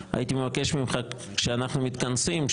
לפני הבחירות ראש רשות אמור להימנע מכל מיני פעולות,